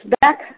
back